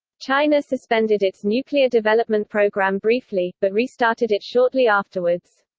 china suspended its nuclear development program briefly, but restarted it shortly afterwards.